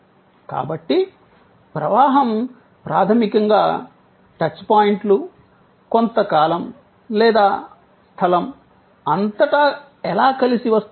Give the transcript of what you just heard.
కాబట్టి ప్రవాహం ప్రాథమికంగా టచ్ పాయింట్లు కొంత కాలం లేదా స్థలం అంతటా ఎలా కలిసి వస్తాయి